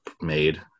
made